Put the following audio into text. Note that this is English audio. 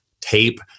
tape